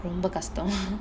ரொம்ப கஷ்டோ:romba kashto